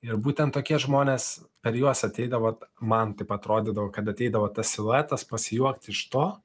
ir būtent tokie žmonės per juos ateidavo man taip atrodydavo kad ateidavo tas siluetas pasijuokti iš to